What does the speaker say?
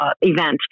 event